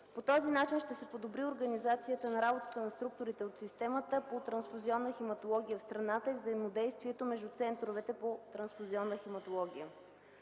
По този начин ще се подобри организацията на работата на структурите от системата по трансфузионна хематология в страната и взаимодействието между центровете по трансфузионна хематология.